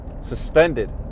suspended